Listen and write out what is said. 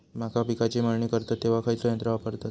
मका पिकाची मळणी करतत तेव्हा खैयचो यंत्र वापरतत?